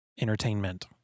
entertainment